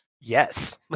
Yes